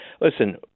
Listen